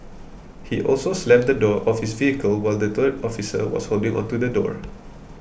he also slammed the door of his vehicle while the third officer was holding onto the door